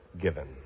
given